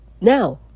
now